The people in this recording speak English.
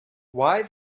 why